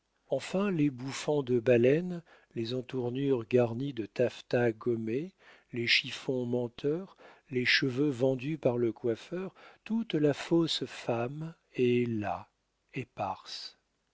enfin les bouffants de baleine les entournures garnies de taffetas gommé les chiffons menteurs les cheveux vendus par le coiffeur toute la fausse femme est là éparse